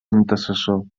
antecessor